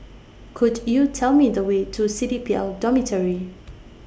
Could YOU Tell Me The Way to C D P L Dormitory